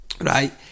right